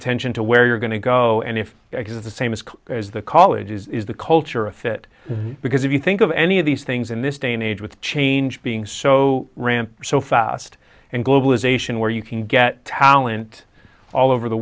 attention to where you're going to go and if it has the same ask as the college is the culture a fit because if you think of any of these things in this day and age with change being so ramp so fast and globalization where you can get talent all over the